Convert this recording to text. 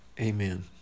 amen